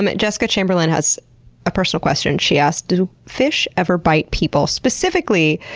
but jessica chamberlain has a personal question. she asked do fish ever bite people? specifically,